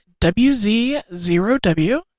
WZ0W